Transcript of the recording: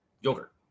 yogurt